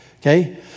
Okay